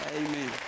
Amen